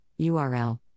URL